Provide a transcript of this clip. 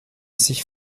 sich